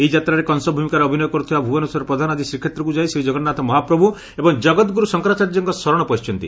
ଏହି ଯାତ୍ରାରେ କଂସ ଭୂମିକାରେ ଅଭିନୟ କରୁଥିବା ଭୁବନେଶ୍ୱର ପ୍ରଧାନ ଆଜି ଶ୍ରୀକ୍ଷେତ୍ରକୁ ଯାଇ ଶ୍ରୀଜଗନ୍ନାଥ ମହାପ୍ରଭୁ ଏବଂ ଜଗଦ୍ଗୁରୁ ଶଙ୍କରାଚାର୍ଯ୍ୟଙ୍କ ଶରଣ ପଶିଛନ୍ତି